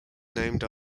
named